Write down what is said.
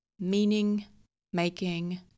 meaning-making